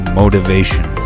motivation